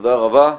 תודה רבה.